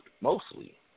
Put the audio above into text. mostly